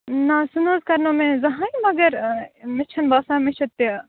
نہ سُہ نہٕ حظ کَرنو مےٚ زہٕنۍ مگر مےٚ چھُنہٕ باسان مےٚ چھُ تہِ